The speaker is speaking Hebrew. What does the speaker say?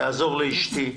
אעזור לאשתי,